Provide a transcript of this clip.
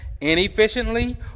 inefficiently